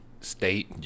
state